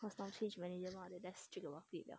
cause now change manager mah they are less strict about it liao